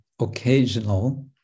occasional